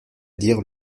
dire